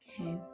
Okay